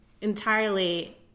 entirely